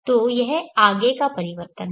तो यह आगे का परिवर्तन है